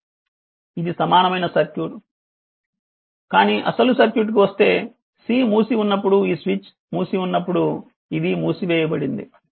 ఇది సమానమైన సర్క్యూట్ కానీ అసలు సర్క్యూట్ కు వస్తే C మూసి ఉన్నప్పుడు ఈ స్విచ్ మూసి ఉన్నప్పుడు ఇది మూసివేయబడింది